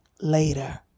later